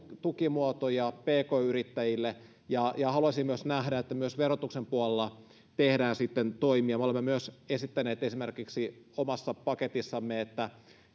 tukimuotoja pk yrittäjille ja ja haluaisin nähdä että myös verotuksen puolella tehdään toimia me olemme myös esittäneet esimerkiksi omassa paketissamme että